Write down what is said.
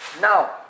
Now